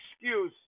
excuse